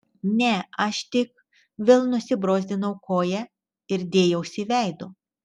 ne aš tik vėl nusibrozdinau koją ir dėjausi veidu